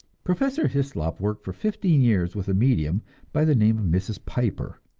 professor hyslop worked for fifteen years with a medium by the name of mrs. piper,